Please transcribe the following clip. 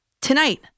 tonight